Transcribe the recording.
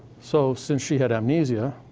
so since she had amnesia,